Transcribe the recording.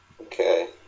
Okay